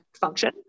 function